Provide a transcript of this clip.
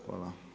Hvala.